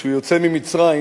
כשהוא יוצא ממצרים,